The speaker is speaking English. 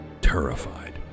terrified